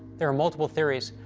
there are multiple theories,